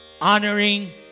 honoring